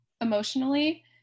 emotionally